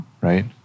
Right